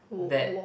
that